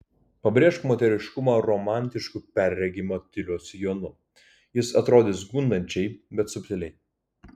pabrėžk moteriškumą romantišku perregimo tiulio sijonu jis atrodys gundančiai bet subtiliai